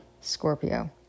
Scorpio